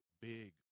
big